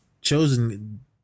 Chosen